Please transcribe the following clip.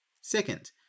Second